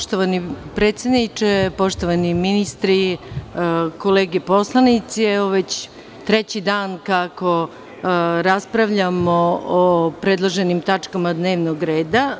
Poštovani predsedniče, poštovani ministri, kolege poslanici, evo već treći dan kako raspravljamo o predloženim tačkama dnevnog reda.